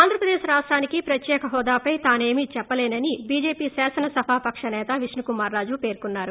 ఆంధ్రప్రదేశ్ రాష్లానికి ప్రత్యేక హోదాపై తానేమీ చెప్పలేనని బీజేపీ శాసన సభాపక్ష నేత విష్ణుకుమార్ రాజు పేర్కొన్నారు